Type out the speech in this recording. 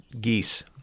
geese